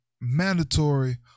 mandatory